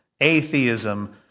atheism